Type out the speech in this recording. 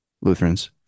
lutherans